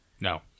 No